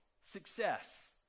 success